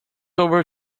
over